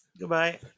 goodbye